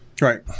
Right